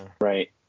Right